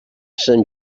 sant